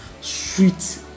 sweet